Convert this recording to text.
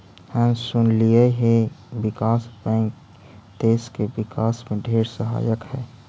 हम सुनलिअई हे विकास बैंक देस के विकास में ढेर सहायक हई